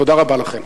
תודה רבה לכן.